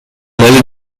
عمل